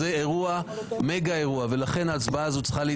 זה מגה אירוע, ולכן ההצבעה הזו צריכה להתקיים.